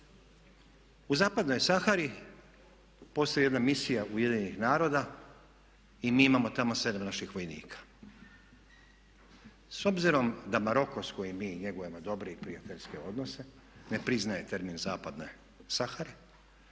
u Zapadnoj Sahari postoji jedna misija UN-a i mi imamo tamo 7 naših vojnika. S obzirom da Maroko s kojim mi njegujemo dobre i prijateljske odnose ne priznaje termin Zapadne Sahare